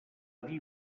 dir